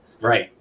right